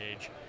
age